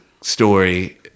story